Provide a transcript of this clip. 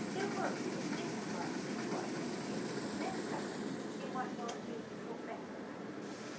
don't worry if this time you didn't quite make it because next time you might well feel a lot better about it.